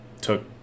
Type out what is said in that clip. took